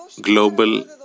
global